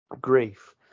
grief